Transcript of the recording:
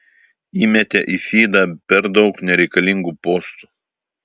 įmetė į fydą per daug nereikalingų postų